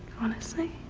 honestly.